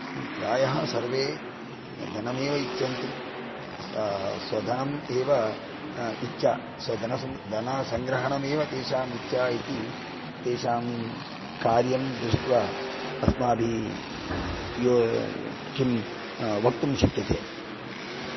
प्रायः सर्वे धनमेव इच्छन्ति स्वधनम् एव इच्छा स्वधनसङ्ग्रहणमेव तेषाम् इच्छा इति तेषां कार्यं दृष्ट्वा अस्माभिः किं वक्तुं शक्यते